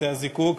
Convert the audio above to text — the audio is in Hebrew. בתי-הזיקוק,